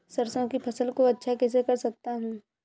सरसो की फसल को अच्छा कैसे कर सकता हूँ?